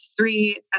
three